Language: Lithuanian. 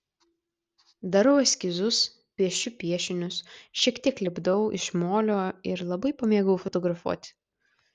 darau eskizus piešiu piešinius šiek tiek lipdau iš molio ir labai pamėgau fotografuoti